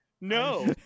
No